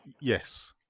Yes